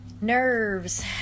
nerves